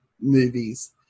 movies